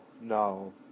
No